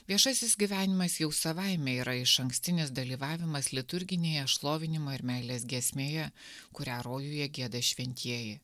viešasis gyvenimas jau savaime yra išankstinis dalyvavimas liturginėje šlovinimo ir meilės giesmėje kurią rojuje gieda šventieji